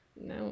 No